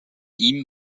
ihm